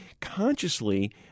consciously